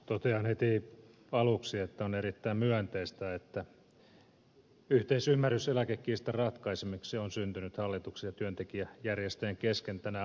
totean heti aluksi että on erittäin myönteistä että yhteisymmärrys eläkekiistan ratkaisemiseksi on syntynyt hallituksen ja työntekijäjärjestöjen kesken tänä aamuna